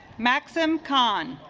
maxim con